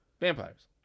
Vampires